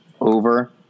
over